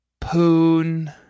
Poon